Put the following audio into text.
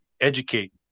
educate